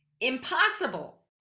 impossible